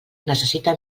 necessita